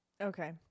Okay